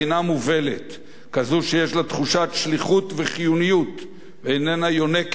כזו שיש לה תחושת שליחות וחיוניות ואיננה יונקת מן השיתוק